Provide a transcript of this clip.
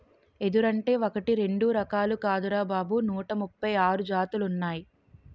ఎదురంటే ఒకటీ రెండూ రకాలు కాదురా బాబూ నూట ముప్పై ఆరు జాతులున్నాయ్